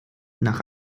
nach